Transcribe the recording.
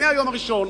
מהיום הראשון.